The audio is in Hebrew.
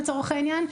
לצורך העניין,